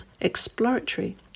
exploratory